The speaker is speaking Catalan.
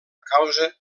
causa